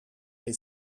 they